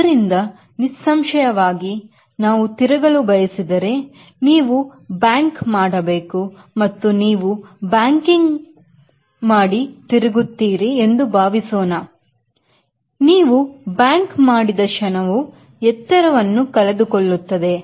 ಅದರಿಂದ ನಿಸ್ಸಂಶಯವಾಗಿ ನೀವು ತಿರುಗಲು ಬಯಸಿದರೆ ನೀವು ಬ್ಯಾಂಕ್ ಮಾಡಬೇಕು ಮತ್ತು ನೀವು ಬ್ಯಾಂಕಿಂಗ್ ಮತ್ತು ತಿರುಗುತ್ತಿರೀ ಎಂದು ಭಾವಿಸೋಣ ನೀವು ಬ್ಯಾಂಕ್ ಮಾಡಿದ ಕ್ಷಣವು ಎತ್ತರವನ್ನು ಕಳೆದುಕೊಳ್ಳುತ್ತದೆ